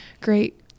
great